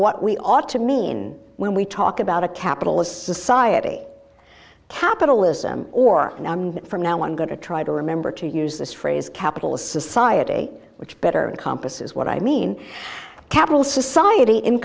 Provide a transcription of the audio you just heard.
what we ought to mean when we talk about a capitalist society capitalism or from now on going to try to remember to use this phrase capitalist society which better compas is what i mean capital society in